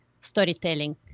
storytelling